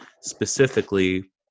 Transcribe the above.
specifically